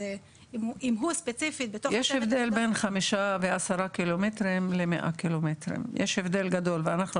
אם הוא ספציפית בתוך השבט הגדול - אימאן ח'טיב יאסין (רע"מ,